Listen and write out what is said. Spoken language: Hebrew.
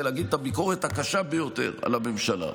להגיד את הביקורת הקשה ביותר על הממשלה.